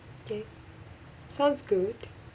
K sounds good